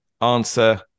Answer